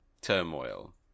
Turmoil